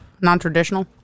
Non-traditional